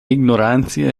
ignorantia